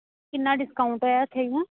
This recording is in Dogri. किन्ना डिसकाऊंट ऐ उत्थै इ'यां